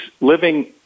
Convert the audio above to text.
living